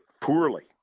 poorly